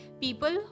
people